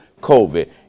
COVID